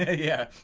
ah yeah.